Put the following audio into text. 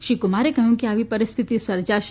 શ્રી કુમારે કહ્યુંકે આવી સ્થિતિ સર્જાશે